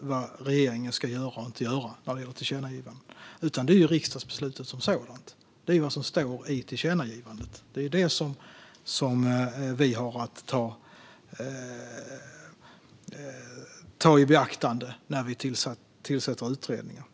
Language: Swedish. vad regeringen ska göra och inte göra när det gäller tillkännagivanden, utan det är riksdagsbeslutet som sådant. Det är vad som står i tillkännagivandet vi har att ta i beaktande när vi tillsätter utredningar.